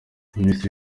minisitiri